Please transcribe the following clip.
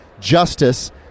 Justice